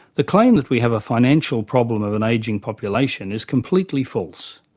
the claim that we have a financial problem of an ageing population is completely false.